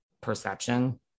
perception